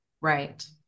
Right